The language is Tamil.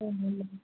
ஒன்றும் இல்லை மேம்